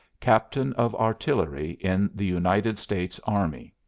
captain of artillery in the united states army.